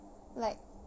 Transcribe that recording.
like